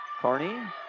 Carney